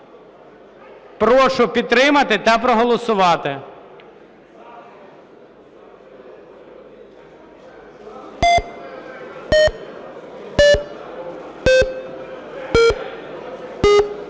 Прошу підтримати та проголосувати.